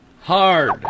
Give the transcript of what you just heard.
hard